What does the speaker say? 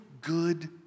good